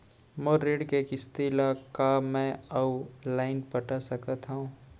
मोर ऋण के किसती ला का मैं अऊ लाइन पटा सकत हव?